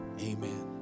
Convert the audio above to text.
Amen